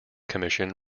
commission